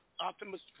Optimus